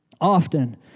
often